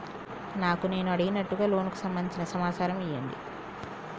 నాకు నేను అడిగినట్టుగా లోనుకు సంబందించిన సమాచారం ఇయ్యండి?